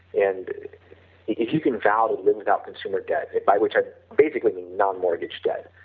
and if you can vow to live without consumer debt, if i would try to basically non-mortgage debt,